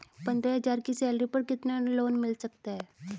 पंद्रह हज़ार की सैलरी पर कितना लोन मिल सकता है?